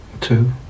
two